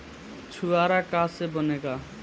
छुआरा का से बनेगा?